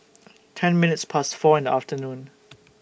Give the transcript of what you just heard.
ten minutes Past four in The afternoon